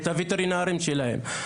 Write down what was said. את הווטרינרים שלהם,